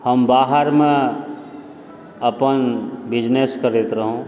हम बाहरमे अपन बिजनेस करैत रहौ